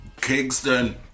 Kingston